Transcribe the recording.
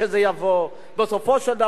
בסופו של דבר ראש הממשלה,